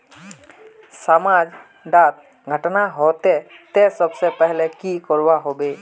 समाज डात घटना होते ते सबसे पहले का करवा होबे?